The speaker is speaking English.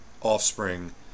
offspring